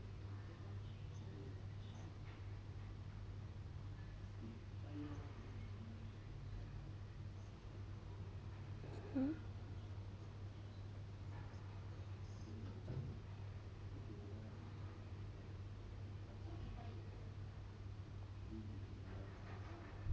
mm